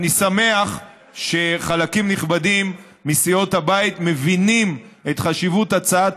אני שמח שחלקים נכבדים מסיעות הבית מבינים את חשיבות הצעת